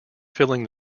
filling